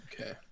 Okay